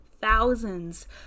thousands